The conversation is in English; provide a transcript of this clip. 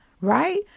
Right